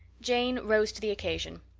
jane rose to the occasion.